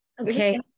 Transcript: Okay